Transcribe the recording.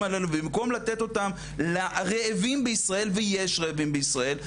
האלו ובמקום לתת אותם לרעבים בישראל ויש רעבים בישראל,